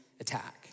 attack